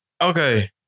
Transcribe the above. Okay